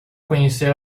conhecer